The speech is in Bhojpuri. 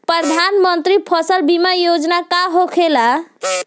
प्रधानमंत्री फसल बीमा योजना का होखेला?